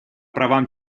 правам